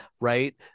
right